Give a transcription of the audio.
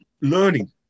learning